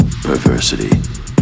Perversity